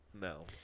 no